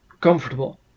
comfortable